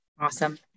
Awesome